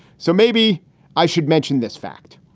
so maybe i should mentioned this fact.